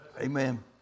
Amen